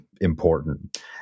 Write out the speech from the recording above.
important